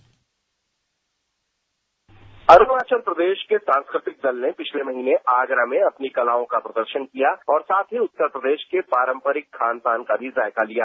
bite Arunachal Pradesh के सांस्कृतिक दल ने पिछले महीने आगरा में अपनी कलाओं का प्रदर्शन किया और साथ ही उत्तर प्रदेश के पारंपरिक खान पान का भी जायका लिया